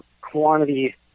quantity